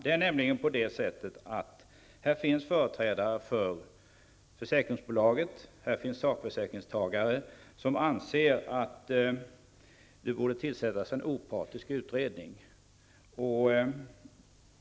Här finns nämligen företrädare för försäkringsbolaget, här finns sakförsäkringstagare som anser att det borde tillsättas en opartisk utredning.